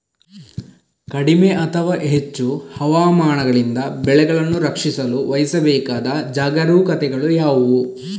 ಕಡಿಮೆ ಅಥವಾ ಹೆಚ್ಚು ಹವಾಮಾನಗಳಿಂದ ಬೆಳೆಗಳನ್ನು ರಕ್ಷಿಸಲು ವಹಿಸಬೇಕಾದ ಜಾಗರೂಕತೆಗಳು ಯಾವುವು?